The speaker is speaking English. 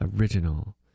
original